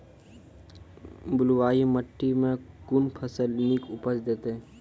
बलूआही माटि मे कून फसल नीक उपज देतै?